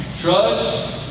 Trust